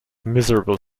miserable